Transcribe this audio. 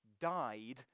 died